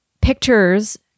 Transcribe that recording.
pictures